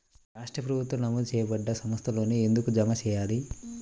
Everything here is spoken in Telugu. రాష్ట్ర ప్రభుత్వాలు నమోదు చేయబడ్డ సంస్థలలోనే ఎందుకు జమ చెయ్యాలి?